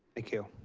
thank you.